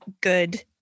good